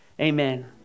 amen